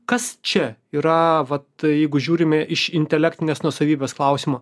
kas čia yra vat jeigu žiūrime iš intelektinės nuosavybės klausimo